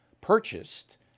purchased